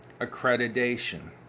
accreditation